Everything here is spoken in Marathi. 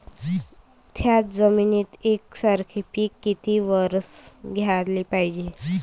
थ्याच जमिनीत यकसारखे पिकं किती वरसं घ्याले पायजे?